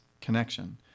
connection